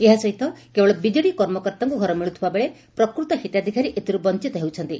ଏହା ସହିତ କେବଳ ବିଜେଡ଼ି କର୍ମକର୍ତ୍ତାଙ୍କୁ ଘର ମିଳୁଥିବାବେଳେ ପ୍ରକୃତ ହିତାଧିକାରୀ ଏଥିରୁ ବଞ୍ଚତ ହେଉଛନ୍ତି